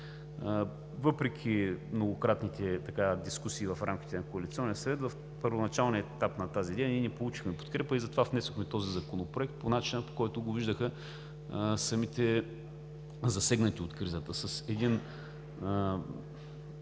Въпреки многократните дискусии в рамките на Коалиционния съвет в първоначалния етап на тази идея ние не получихме подкрепа и затова внесохме този законопроект по начина, по който го виждаха самите засегнати от кризата